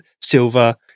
silver